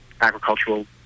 agricultural